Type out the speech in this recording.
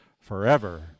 forever